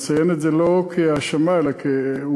אני מציין את זה לא כהאשמה אלא כעובדה,